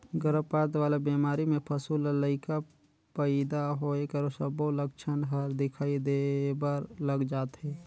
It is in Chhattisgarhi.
गरभपात वाला बेमारी में पसू ल लइका पइदा होए कर सबो लक्छन हर दिखई देबर लग जाथे